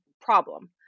problem